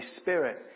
spirit